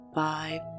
five